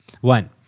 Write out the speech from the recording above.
One